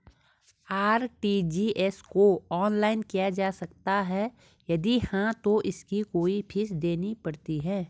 RTGS को online किया जा सकता है यदि हाँ तो इसकी कोई फीस देनी पड़ती है?